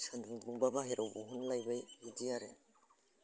सानदुं दुंबा बाहेरायाव दिहुनलायबाय बिदि आरो